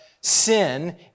sin